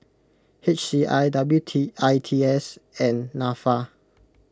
H C I W I T S and Nafa